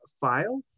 file